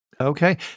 Okay